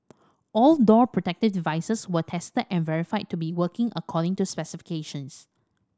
all door protective devices were tested and verified to be working according to specifications